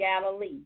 Galilee